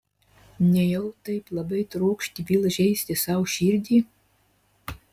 nejau taip labai trokšti vėl žeisti sau širdį